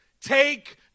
take